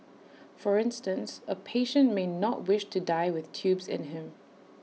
for instance A patient may wish to not die with tubes in him